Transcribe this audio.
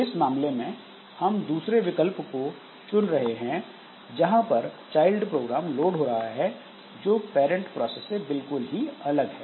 इस मामले में हम दूसरे विकल्प को चुन रहे हैं जहां पर चाइल्ड प्रोग्राम लोड हो रहा है जो पैरंट प्रोसेस से बिल्कुल ही अलग है